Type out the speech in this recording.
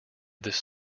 this